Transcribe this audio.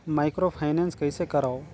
Microfinance कइसे करव?